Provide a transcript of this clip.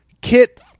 Kit